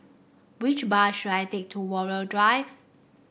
which bus should I take to Walmer Drive